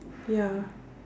ya